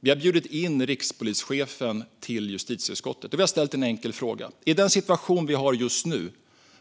Vi har bjudit in rikspolischefen till justitieutskottet och ställt en enkel fråga.